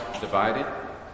divided